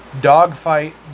dogfight